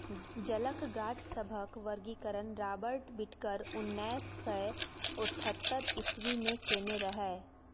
जलक गाछ सभक वर्गीकरण राबर्ट बिटकर उन्नैस सय अठहत्तर इस्वी मे केने रहय